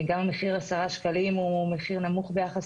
גם מחיר של עשרה שקלים הוא מחיר נמוך ביחס